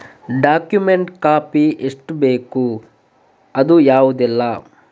Document copy ಎಷ್ಟು ಬೇಕು ಅದು ಯಾವುದೆಲ್ಲ?